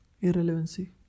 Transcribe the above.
Irrelevancy